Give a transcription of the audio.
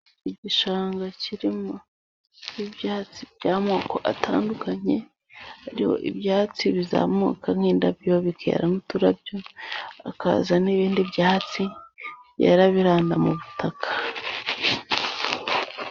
Igishanga kirimo ibyatsi by'amoko atandukanye, hari ibyatsi bizamuka nk'indabyo bikeramo uturabyo, hakaza n'ibindi byatsi byera biranda mu butaka.